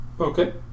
Okay